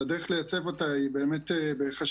והדרך לייצב אותה היא באמת בחשיבה